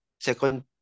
second